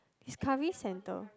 Discovery center